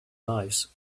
lives